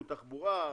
תחבורה,